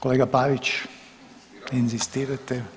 Kolega Pavić inzistirate?